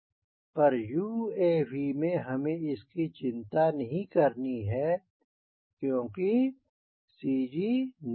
पर UAV में हमें इसकी चिंता नहीं करनी है क्योंकि CG नियत है